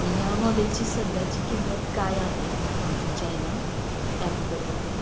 ह्या मॉडेलची सध्याची किंमत काय आहे तुमच्या ह्याला ॲपवर वगैरे